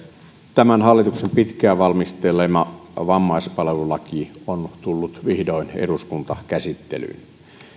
tämän hallituksen pitkään valmistelema vammaispalvelulaki on tullut vihdoin eduskuntakäsittelyyn